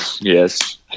yes